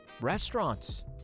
restaurants